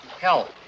Help